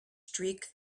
streak